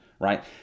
right